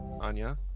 Anya